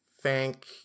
thank